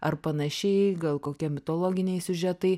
ar panašiai gal kokie mitologiniai siužetai